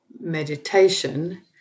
meditation